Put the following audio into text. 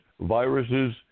viruses